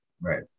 Right